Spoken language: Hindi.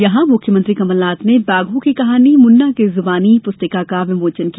यहां मुख्यमंत्री कमलनाथ ने बाघों की कहानी मुन्ना की जुबानी पुस्तिका का विमोचन किया